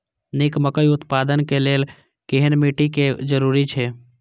निक मकई उत्पादन के लेल केहेन मिट्टी के जरूरी छे?